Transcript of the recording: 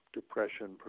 Depression